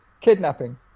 kidnapping